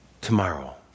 tomorrow